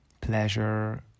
pleasure